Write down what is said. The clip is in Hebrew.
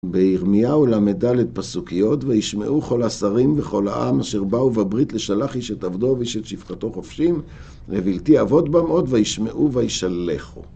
בירמיהו ל״ד פסוק י׳, וישמעו כל השרים וכל העם אשר באו בברית לשלח איש את עבדו ואיש את שפחתו חופשים לבלתי עבוד בם עוד, וישמעו וישלחו.